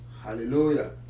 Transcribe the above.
Hallelujah